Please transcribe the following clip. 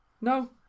No